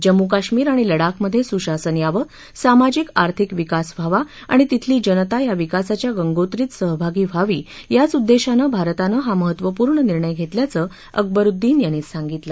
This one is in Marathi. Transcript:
जम्मू काश्मीर आणि लडाखमधे सुशासन यावं सामाजिक आर्थिक विकास व्हावा आणि तिथली जनता या विकासाच्या गंगोत्रीत सहभागी व्हावी याच उद्देशानं भारतानं हा महत्त्वपूर्ण निर्णय घेतल्याचं अकबरुद्दीन यांनी सांगितलं